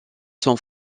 sont